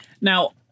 Now